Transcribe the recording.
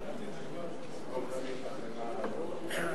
זכור תמיד את החמאה על הראש.